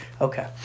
Okay